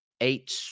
eight